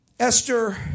Esther